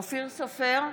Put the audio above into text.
אופיר סופר,